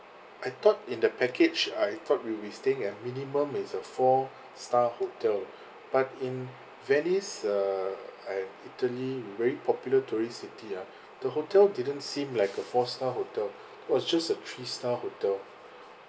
I thought in the package I thought we'll be staying at minimum is a four star hotel but in venice err and italy very popular tourist city ah the hotel didn't seem like a four star hotel it was just a three star hotel